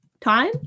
time